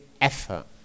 effort